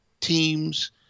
teams